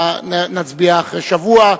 נצביע אחרי שבוע,